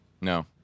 No